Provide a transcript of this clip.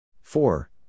Four